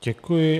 Děkuji.